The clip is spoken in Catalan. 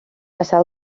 passar